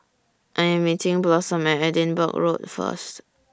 I Am meeting Blossom At Edinburgh Road First